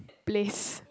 place